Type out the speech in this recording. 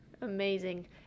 amazing